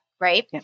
right